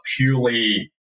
purely